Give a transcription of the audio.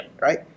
right